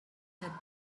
had